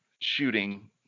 shooting